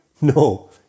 No